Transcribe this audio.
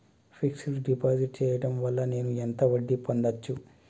Fix డ్ deposit చేయటం వల్ల నేను ఎంత వడ్డీ పొందచ్చు?